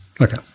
okay